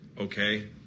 Okay